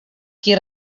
qui